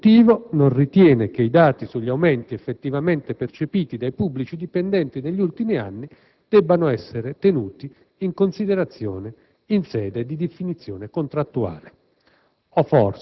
l'Esecutivo non ritiene che i dati sugli aumenti effettivamente percepiti dai pubblici dipendenti negli ultimi anni debbano essere tenuti in considerazione in sede di definizione contrattuale.